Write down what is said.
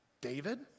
David